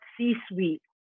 C-suite